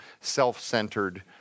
self-centered